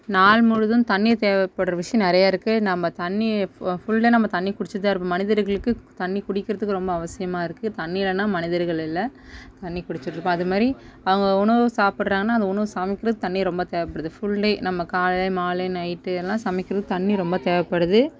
நாள் முழுதும் தண்ணீர் தேவைப்படுற விஷ்யம் நிறைய இருக்கு நம்ம தண்ணி ஃபுல் ஃபுல்லாக நம்ம தண்ணி குடிச்சுட்டுதான் இருக்கணும் மனிதர்களுக்கு தண்ணி குடிக்கிறதுக்கு ரொம்ப அவசியமாக இருக்கு தண்ணி இல்லைனா மனிதர்கள் இல்லை தண்ணி குடிச்சுட்டு இருக்கோம் அதுமாதிரி அவங்க உணவு சாப்பிட்றாங்கனா அது உணவை சமைக்கிறதுக்கு தண்ணி ரொம்ப தேவைப்படுது ஃபுல் டே நம்ம காலை மாலை நைட்டு எல்லாம் சமைக்கிறதுக்கு தண்ணி ரொம்ப தேவைப்படுது